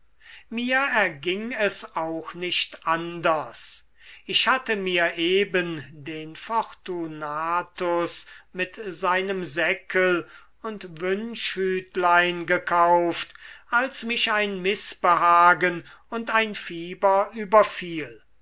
mir erging es auch nicht anders ich hatte mir eben den fortunatus mit seinem säckel und wünschhütlein gekauft als mich ein mißbehagen und ein fieber überfiel